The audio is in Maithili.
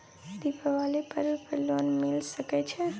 दीपावली पर्व पर लोन मिल सके छै?